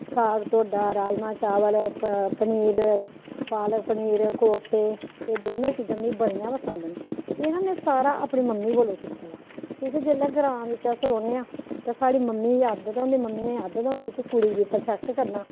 साग ढोडा राजमांह् चावल प पनीर पालक पनीर कोप्ते एह् दोनों चीजां मी बड़ियां पसंद न एह् ना में सारा अपनी मम्मी कोलूं सिक्खे दा की के जेल्लै ग्रां बिच्च अस रौह्न्ने आं ते साढ़ी मम्मी गी आदत होंदी मम्मियें गी आदत होंदी कि कुड़ी गी परफैक्ट करना